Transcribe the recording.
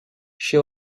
she